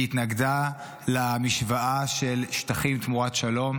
היא התנגדה למשוואה של שטחים תמורת שלום,